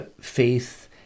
faith